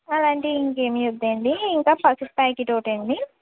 అలాంటి ఇంకేమి వద్దండి ఇంకా పసుపు ప్యాకెట్ ఒకటండి